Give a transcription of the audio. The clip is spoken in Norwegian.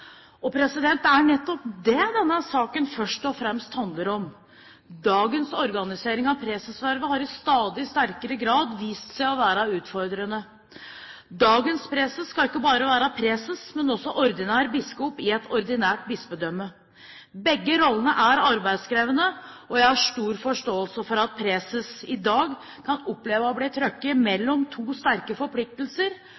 Det er nettopp det denne saken først og fremst handler om. Dagens organisering av presesvervet har i stadig sterkere grad vist seg å være utfordrende. Dagens preses skal ikke bare være preses, men også ordinær biskop i et ordinært bispedømme. Begge rollene er arbeidskrevende, og jeg har stor forståelse for at preses i dag kan oppleve å bli